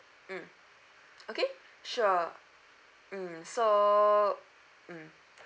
mm okay sure mm so mm